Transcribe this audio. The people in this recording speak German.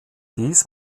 dies